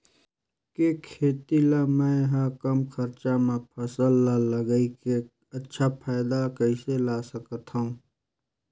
के खेती ला मै ह कम खरचा मा फसल ला लगई के अच्छा फायदा कइसे ला सकथव?